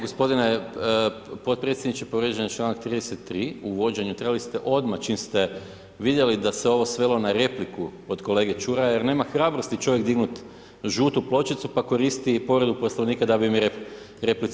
Gospodine potpredsjedniče, povrijeđen je članak 33. u vođenju, trebali ste odmah čim ste vidjeli da se ovo svelo na repliku kod kolege Čuraja jer nema hrabrosti čovjek dignut žutu pločicu pa koristi povredu Poslovnika da bi mi replicirao.